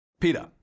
Peter